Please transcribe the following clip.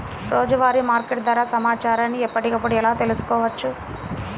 రోజువారీ మార్కెట్ ధర సమాచారాన్ని ఎప్పటికప్పుడు ఎలా తెలుసుకోవచ్చు?